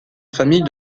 famille